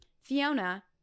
Fiona